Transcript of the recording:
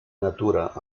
natura